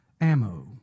ammo